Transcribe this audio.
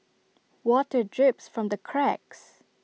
water drips from the cracks